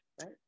Right